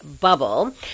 bubble